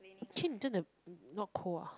chin 你真的 not cold ah